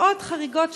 מאות חריגות,